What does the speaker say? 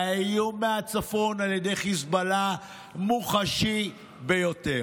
והאיום מהצפון על ידי חיזבאללה מוחשי ביותר,